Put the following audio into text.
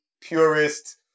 purist